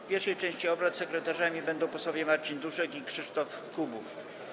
W pierwszej części obrad sekretarzami będą posłowie Marcin Duszek i Krzysztof Kubów.